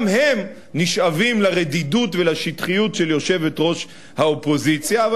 גם הם נשאבים לרדידות ולשטחיות של יושבת-ראש האופוזיציה.